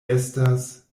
estas